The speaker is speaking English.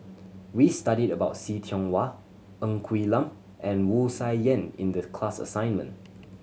we studied about See Tiong Wah Ng Quee Lam and Wu Tsai Yen in the class assignment